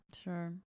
Sure